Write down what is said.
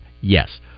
Yes